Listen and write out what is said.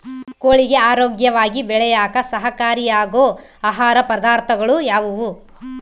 ಕೋಳಿಗೆ ಆರೋಗ್ಯವಾಗಿ ಬೆಳೆಯಾಕ ಸಹಕಾರಿಯಾಗೋ ಆಹಾರ ಪದಾರ್ಥಗಳು ಯಾವುವು?